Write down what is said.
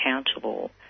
accountable